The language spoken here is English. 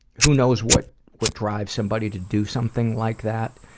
who knows what what drives somebody to do something like that,